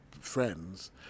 friends